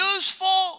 Useful